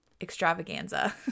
extravaganza